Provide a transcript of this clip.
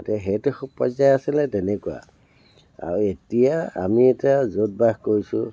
এতিয়া সেইটো সুখ পৰ্যায় আছিলে তেনেকুৱা আৰু এতিয়া আমি এতিয়া য'ত বাস কৰিছোঁ